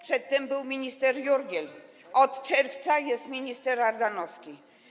Przedtem był minister Jurgiel, od czerwca jest minister Ardanowski.